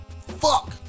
Fuck